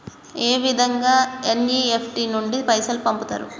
ఏ విధంగా ఎన్.ఇ.ఎఫ్.టి నుండి పైసలు పంపుతరు?